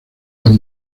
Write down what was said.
las